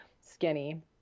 skinny